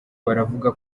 baravuga